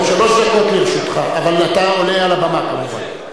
שלוש דקות לרשותך, אבל אתה עולה על הבמה, כמובן.